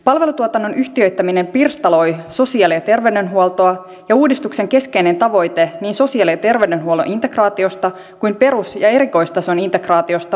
palvelutuotannon yhtiöittäminen pirstaloi sosiaali ja terveydenhuoltoa ja uudistuksen keskeinen tavoite niin sosiaali ja terveydenhuollon integraatiosta kuin perus ja erikoistason integraatiosta vaarantuu